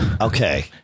okay